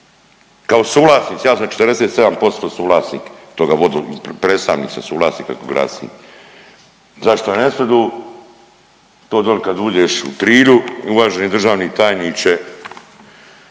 Kao suvlasnici ja sam 47% suvlasnik toga, predstavnik sam suvlasnik preko grada Sinja. Zašto ne smidu? To doli kad uđeš u Trilju uvažani državni tajniče